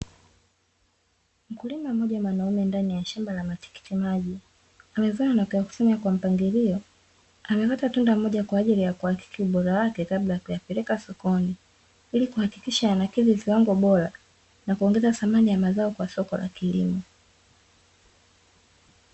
Mkulima mmoja mwanaume ndani ya shamba la matikiti maji. amevuna na kuyakusanya kwa mpangilio, amekata tunda moja kwa ajili ya kuhakiki ubora wake kabla ya kuyapeleka sokoni, ili kuhakikisha yanakidhi kiwango bora na kuongeza dhamani ya mazao kwa soko la kilimo.